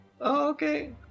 okay